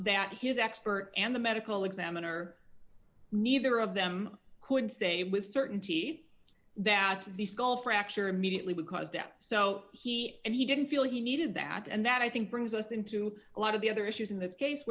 that his expert and the medical examiner neither of them could say with certainty that the skull fracture immediately would cause death so he said he didn't feel he needed that and that i think brings us into a lot of the other issues in this case